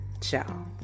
Ciao